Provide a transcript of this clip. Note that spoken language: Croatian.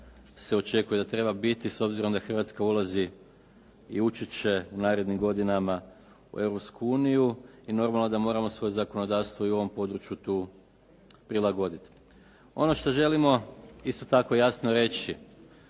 se očekuje da treba biti s obzirom da Hrvatska ulazi i ući će u narednim godinama u Europsku uniju. I normalno da moramo svoje zakonodavstvo i u ovom području tu prilagoditi. Ono što želimo isto tako jasno reći,